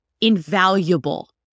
invaluable